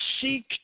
seek